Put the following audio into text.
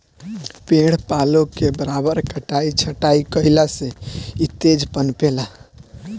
पेड़ पालो के बराबर कटाई छटाई कईला से इ तेज पनपे ला